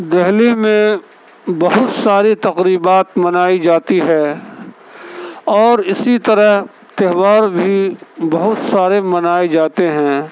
دہلی میں بہت ساری تقریبات منائی جاتی ہے اور اسی طرح تہوار بھی بہت سارے منائے جاتے ہیں